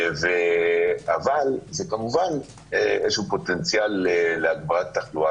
אבל זה כמובן פוטנציאל להגברת התחלואה.